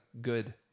Good